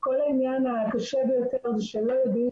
כל העניין הקשה ביותר זה שלא יודעים,